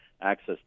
access